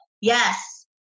Yes